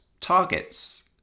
targets